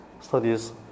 studies